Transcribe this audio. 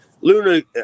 Luna